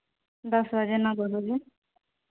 ᱫᱚᱥ ᱵᱟᱡᱮ ᱱᱚ ᱫᱚᱥ ᱵᱟᱡᱮ